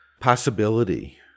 possibility